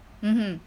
mmhmm